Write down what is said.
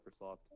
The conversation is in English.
Microsoft